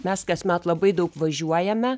mes kasmet labai daug važiuojame